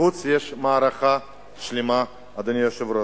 בחוץ יש מערכה שלמה, אדוני היושב-ראש.